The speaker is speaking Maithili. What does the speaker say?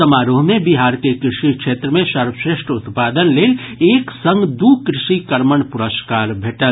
समारोह मे बिहार के कृषि क्षेत्र मे सर्वश्रेष्ठ उत्पादन लेल एक संग दू कृषि कर्मण पुरस्कार भेटल